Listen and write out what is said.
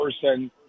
person